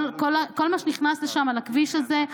כל מה שנכנס לשם על הכביש הזה,